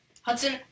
Hudson